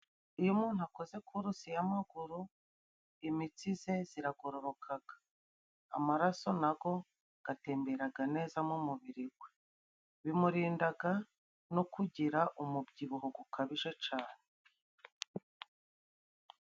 Iyo umuntu akoze kurusi y'amaguru, imitsi ze ziragororokaga, amaraso nago agatemberaga neza mu mubiri we, bimurindaga no kugira umubyibuho gukabije cane.